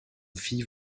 fit